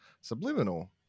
Subliminal